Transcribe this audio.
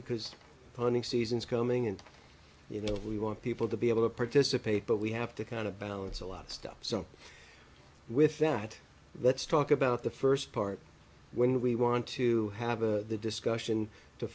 because punning season is coming and you know we want people to be able to participate but we have to kind of balance a lot of stuff so with that let's talk about the first part when we want to have a discussion to